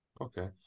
Okay